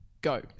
go